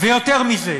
יותר מזה,